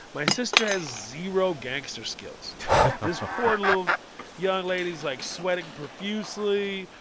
my sister has zero gangster skills this poor little young lady is, like, sweating profusely.